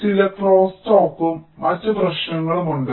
ചില ക്രോസ് ടോക്കും മറ്റ് പ്രശ്നങ്ങളും ഉണ്ട്